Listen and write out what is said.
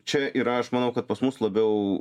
čia ir aš manau kad pas mus labiau